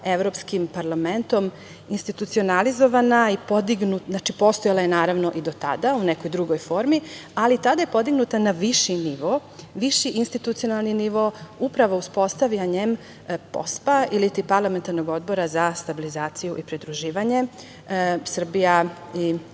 Evropskim parlamentom institucionalizovana, postojala je naravno i do tada u nekoj drugoj formi, ali tada je podignuta na viši nivo, viši institucionalni nivo upravo uspostavljanjem POSP ili ti Parlamentarnog odbora za stabilizaciju i pridruživanje Srbija i Evropski